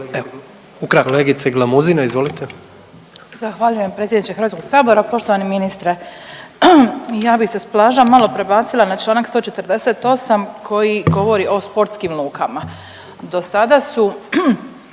Katica (Socijaldemokrati)** Zahvaljujem predsjedniče HS-a. Poštovani ministre. Ja bi se s plaža malo prebacila na čl. 148. koji govori o sportskim lukama. Do sada su